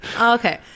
okay